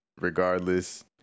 regardless